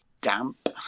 damp